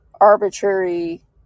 arbitrary